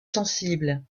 sensible